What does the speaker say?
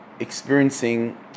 Experiencing